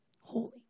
holy